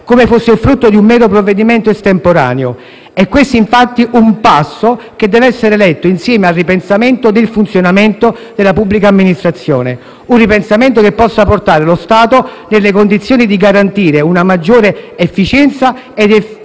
isolato o il frutto di un mero provvedimento estemporaneo. È questo, infatti, un passo che deve essere letto insieme al ripensamento del funzionamento della pubblica amministrazione; un ripensamento che possa portare lo Stato nelle condizioni di garantire una maggiore efficacia ed efficienza